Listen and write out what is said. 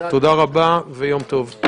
תודה רבה ויום טוב.